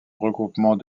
regroupement